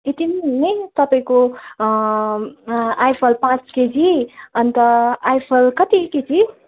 यति नै हो नि तपाईँको आइफल पाँच केजी अन्त आइफल कति केजी